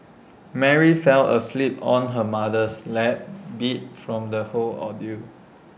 Mary fell asleep on her mother's lap beat from the whole ordeal